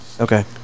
okay